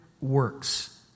works